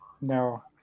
No